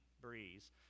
breeze